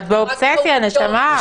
את באובססיה, נשמה.